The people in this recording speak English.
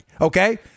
okay